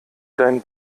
dein